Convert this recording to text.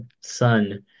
son